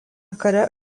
kare